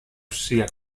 sia